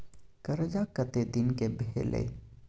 कर्जा कत्ते दिन के भेलै?